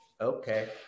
okay